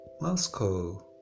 Moscow